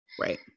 Right